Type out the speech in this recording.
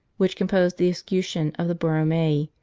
which compose the escutcheon of the borromei,